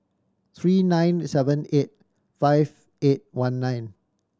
three nine seven eight five eight one nine